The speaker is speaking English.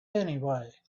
anyway